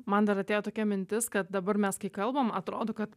man dar atėjo tokia mintis kad dabar mes kai kalbam atrodo kad